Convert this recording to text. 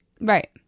Right